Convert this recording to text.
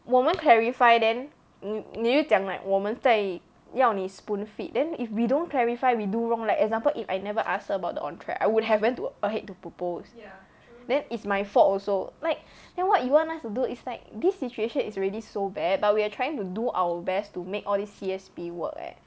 我们 clarify then 你你又讲 like 我们在要你 spoon feed then if we don't clarify we do wrong leh like example if I never ask her about the ontrac I would have went to ahead to propose then it's my fault also like then what you want us to do is like this situation is already so bad but we're trying to do our best to make all these C_S_P work leh